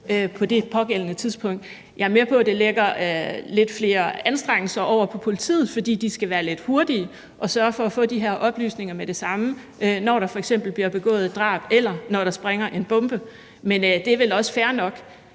på det pågældende tidspunkt. Jeg er med på, at det lægger lidt flere anstrengelser over på politiet, fordi de skal være lidt hurtige og sørge for at få de her oplysninger med det samme, når der f.eks. bliver begået et drab, eller når der springer en bombe, men det er vel også fair nok.